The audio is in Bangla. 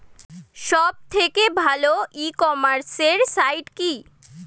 সব থেকে ভালো ই কমার্সে সাইট কী?